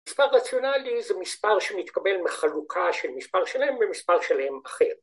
‫מספר רציונלי זה מספר שמתקבל ‫מחלוקה של מספר שלם במספר שלם אחר.